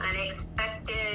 unexpected